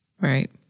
Right